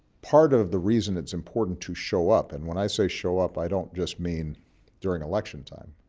part of the reason it's important to show up, and when i say show up, i don't just mean during election time,